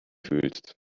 fühlst